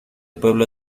pueblo